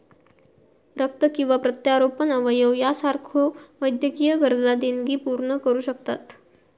रक्त किंवा प्रत्यारोपण अवयव यासारख्यो वैद्यकीय गरजा देणगी पूर्ण करू शकता